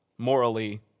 morally